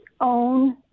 own